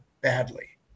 badly